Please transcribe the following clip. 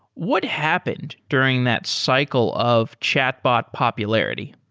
what happened during that cycle of chatbot popularity?